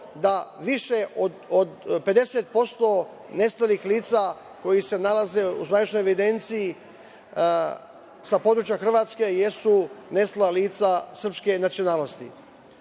da više od 50% nestalih lica koja se nalaze u zvaničnoj evidenciji sa područja Hrvatske jesu nestala lica srpske nacionalnosti. Mi